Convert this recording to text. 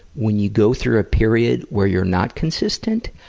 when you go through a period where you're not consistent,